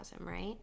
right